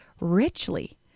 richly